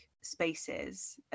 spaces